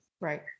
Right